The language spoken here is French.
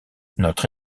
notre